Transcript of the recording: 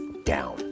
down